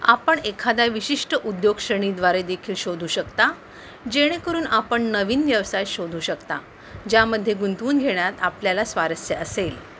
आपण एखाद्या विशिष्ट उद्योगश्रेणीद्वारेदेखील शोधू शकता जेणेकरून आपण नवीन व्यवसाय शोधू शकता ज्यामध्ये गुंतवून घेण्यात आपल्याला स्वारस्य असेल